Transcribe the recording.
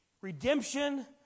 Redemption